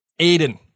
Aiden